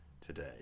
today